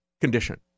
condition